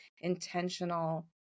Intentional